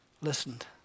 listened